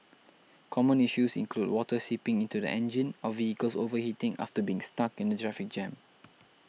common issues include water seeping into the engine or vehicles overheating after being stuck in a traffic jam